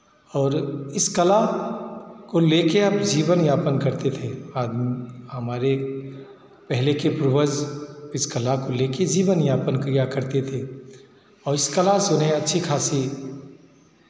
और इस कला को लेके अब जीवनयापन करते थे हमारे पहले के पूर्वज इस कला को लेके जीवनयापन किया करते थे और इस कला से उन्हें अच्छी खासी